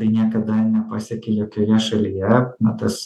tai niekada nepasiekė jokioje šalyje na tas